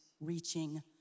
reaching